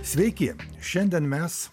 sveiki šiandien mes